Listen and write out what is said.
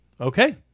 Okay